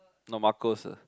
not narcos uh